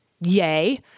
Yay